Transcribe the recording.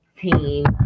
team